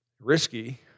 Risky